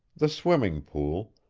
the swimming pool,